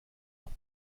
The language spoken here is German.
noch